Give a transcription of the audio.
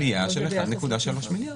עלייה של 1.3 מיליארד.